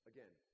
Again